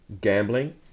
gambling